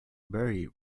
very